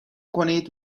کنید